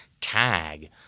tag